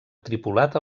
tripulat